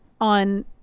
on